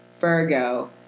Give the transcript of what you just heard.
Virgo